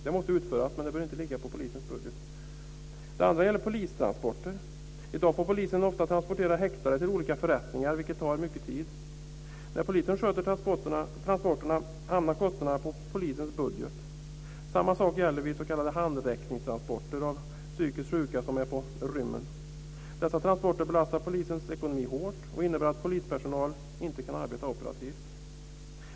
Det måste utföras, men det bör inte ligga på polisens budget. En annan sak är polistransporter. I dag får polisen ofta transportera häktade till olika förrättningar, vilket tar mycket tid. När polisen sköter transporterna hamnar kostnaderna på polisens budget. Samma sak gäller vid s.k. handräckningstransporter av psykiskt sjuka som är på rymmen. Dessa transporter belastar polisens ekonomi hårt och innebär att polispersonal inte kan arbeta operativt.